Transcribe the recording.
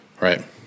Right